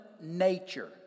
nature